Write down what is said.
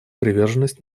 приверженность